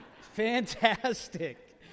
Fantastic